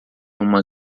uma